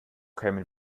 kämen